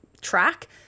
track